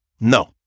No